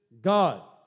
God